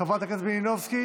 חברת הכנסת מלינובסקי,